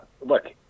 look